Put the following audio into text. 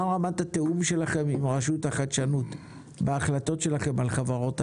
מה רמת התיאום שלכם עם רשות החדשנות בהחלטות שלכם על חברות הייטק?